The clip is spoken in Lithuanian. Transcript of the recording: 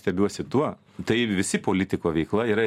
stebiuosi tuo tai visi politiko veikla yra